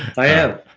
i am.